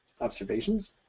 Observations